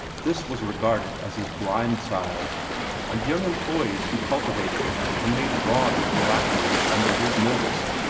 this was regarded as his blind side and young employees who cultivated it, and made broad their phylacteries under his notice,